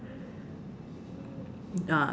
ah